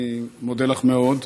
אני מודה לך מאוד.